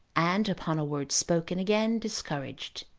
and upon a word spoken again discouraged.